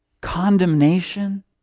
condemnation